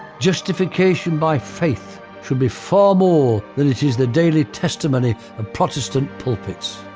justification by faith should be far more, than it is, the daily testimony of protestant pulpits.